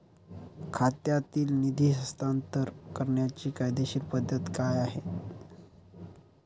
खात्यातील निधी हस्तांतर करण्याची कायदेशीर पद्धत काय आहे?